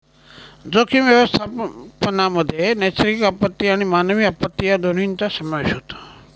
जोखीम व्यवस्थापनामध्ये नैसर्गिक आपत्ती आणि मानवी आपत्ती या दोन्हींचा समावेश होतो